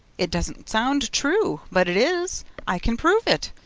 it doesn't sound true, but it is i can prove it!